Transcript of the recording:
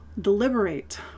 deliberate